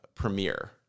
Premiere